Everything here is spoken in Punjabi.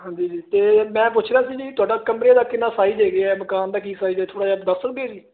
ਹਾਂਜੀ ਜੀ ਅਤੇ ਮੈਂ ਪੁੱਛਣਾ ਸੀ ਵੀ ਤੁਹਾਡਾ ਕਮਰੇ ਦਾ ਕਿੰਨਾ ਸਾਈਜ਼ ਹੈਗਾ ਮਕਾਨ ਦਾ ਕੀ ਸਾਈਜ਼ ਹੈ ਥੋੜ੍ਹਾ ਜਿਹਾ ਦੱਸ ਸਕਦੇ ਹੋ ਜੀ